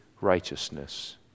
righteousness